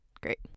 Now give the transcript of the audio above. Great